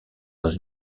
dans